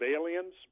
aliens